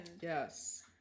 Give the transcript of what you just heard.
Yes